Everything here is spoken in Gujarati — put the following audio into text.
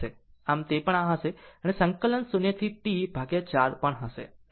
આમ આ પણ છે અને સંકલન 0 થી T 4 પણ હશે